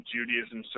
Judaism